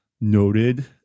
noted